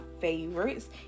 favorites